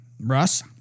Russ